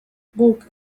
guk